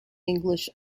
english